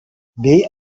bei